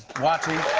watching.